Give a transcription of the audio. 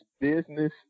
business